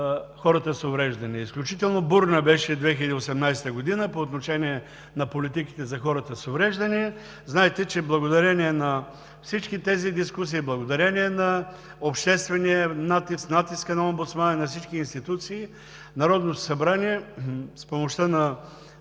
хората с увреждания. Изключително бурна беше 2018 г. по отношение на политиките за хората с увреждания. Знаете, че благодарение на всички тези дискусии, благодарение на обществения натиск, натиска на омбудсмана и на всички институции Народното събрание с помощта на